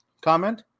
comment